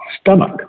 stomach